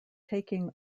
taking